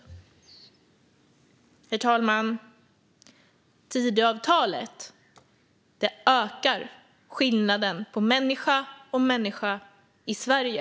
Herr talman! Tidöavtalet ökar skillnaden mellan människa och människa i Sverige.